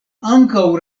ankaŭ